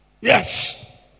Yes